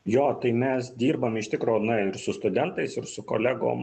jo tai mes dirbam iš tikro na ir su studentais ir su kolegom